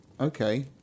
okay